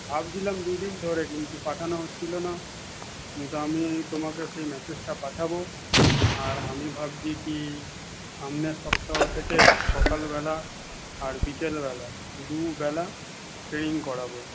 ভাবছিলাম দুদিন ধরেই কিন্তু পাঠানো হচ্ছিলো না কিন্তু আমি তোমাকে সেই মেসেজটা পাঠাবো আর আমি ভাবছি কি সামনের সপ্তাহ থেকে সকাল বেলা আর বিকাল বেলা দুবেলা ট্রেনিং করাবো